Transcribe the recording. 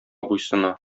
буйсына